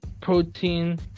protein